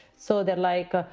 so they're like.